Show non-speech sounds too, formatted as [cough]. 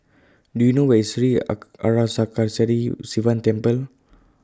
Do YOU know Where IS Sri [unintelligible] Arasakesari Sivan Temple